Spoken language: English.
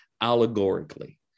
allegorically